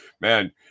Man